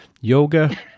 yoga